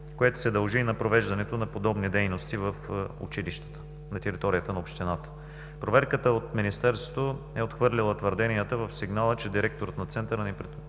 което се дължи и на провеждането на подобни дейности в училището на територията на общината. Проверката от Министерството е отхвърлила твърденията в сигнала, че директорът на Центъра не притежава